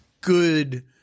good